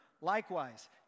likewise